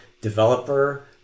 developer